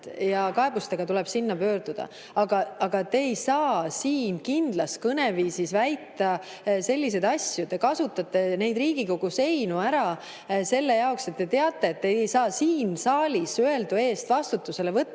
Kaebustega tuleb sinna pöörduda. Te ei saa siin kindlas kõneviisis väita selliseid asju. Te kasutate neid Riigikogu seinu selle jaoks ära, sest te teate, et teid ei saa siin saalis öeldu eest vastutusele võtta,